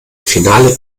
finale